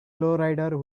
lowrider